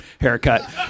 haircut